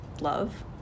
love